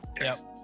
Yes